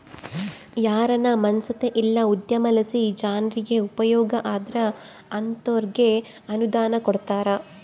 ಯಾರಾನ ಮನ್ಸೇತ ಇಲ್ಲ ಉದ್ಯಮಲಾಸಿ ಜನ್ರಿಗೆ ಉಪಯೋಗ ಆದ್ರ ಅಂತೋರ್ಗೆ ಅನುದಾನ ಕೊಡ್ತಾರ